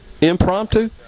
impromptu